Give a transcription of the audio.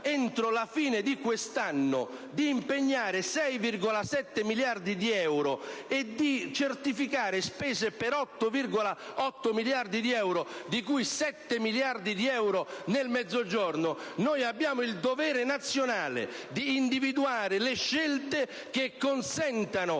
entro la fine di quest'anno, di impegnare 6,7 miliardi di euro e di certificare spese per 8,8 miliardi di euro, di cui 7 miliardi di euro nel Mezzogiorno, e abbiamo il dovere nazionale di individuare le scelte che consentano